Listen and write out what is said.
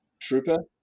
Trooper